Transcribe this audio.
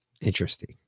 Interesting